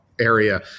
area